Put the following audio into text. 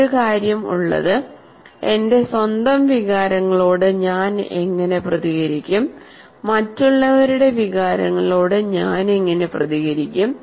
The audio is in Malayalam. ഒരു കാര്യം ഉള്ളത് എന്റെ സ്വന്തം വികാരങ്ങളോട് ഞാൻ എങ്ങനെ പ്രതികരിക്കും മറ്റുള്ളവരുടെ വികാരങ്ങളോട് ഞാൻ എങ്ങനെ പ്രതികരിക്കും